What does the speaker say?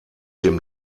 dem